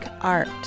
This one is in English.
art